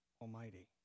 Almighty